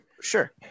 Sure